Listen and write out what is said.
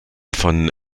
vom